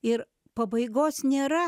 ir pabaigos nėra